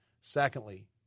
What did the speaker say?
Secondly